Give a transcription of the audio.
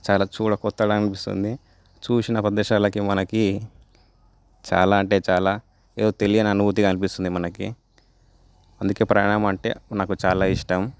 చాలా చూడకొత్తగా అనిపిస్తుంది చూసిన ప్రదేశాలకి మనకి చాలా అంటే చాలా ఏదో తెలియని అనుభూతిగా అనిపిస్తుంది మనకి అందుకే ప్రయాణం అంటే నాకు చాలా ఇష్టం